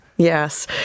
Yes